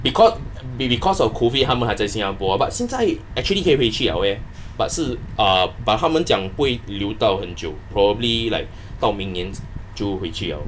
becau~ maybe cause of COVID 他们还在新加坡 but 现在 actually 可以回去 liao eh but 是 uh but 他们讲不会留到很久 probably like 到明年就回去 liao